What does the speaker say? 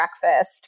breakfast